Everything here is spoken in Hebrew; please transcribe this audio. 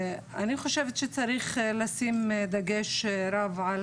לדעתי, יש לשים דגש רב על